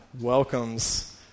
welcomes